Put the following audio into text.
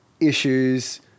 issues